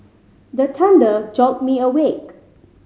the thunder jolt me awake